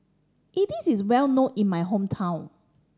idili is well known in my hometown